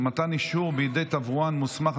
מתן אישור בידי תברואן מוסמך),